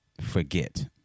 forget